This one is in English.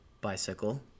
bicycle